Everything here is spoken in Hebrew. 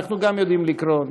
גם אנחנו יודעים לקרוא,